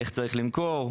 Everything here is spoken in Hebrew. איך צריך למכור,